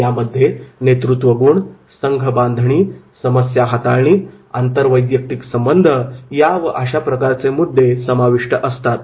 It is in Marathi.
यामध्ये नेतृत्वगुण संघबांधणी समस्या हाताळणी आंतरवैयक्तिक संबंध या व अशा प्रकारचे मुद्दे समाविष्ट असतात